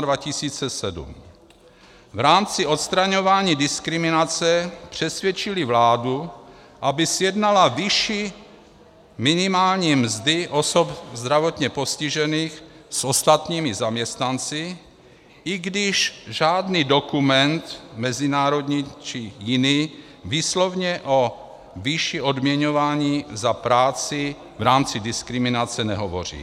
V rámci odstraňování diskriminace přesvědčily vládu, aby srovnala vyšší minimální mzdy osob zdravotně postižených s ostatními zaměstnanci, i když žádný dokument, mezinárodní či jiný, výslovně o výši odměňování za práci v rámci diskriminace nehovoří.